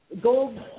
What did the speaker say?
Gold